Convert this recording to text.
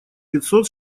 пятьсот